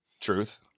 Truth